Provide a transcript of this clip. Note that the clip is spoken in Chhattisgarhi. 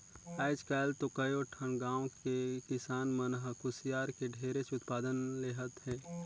आयज काल तो कयो ठन गाँव के किसान मन ह कुसियार के ढेरेच उत्पादन लेहत हे